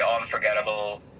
unforgettable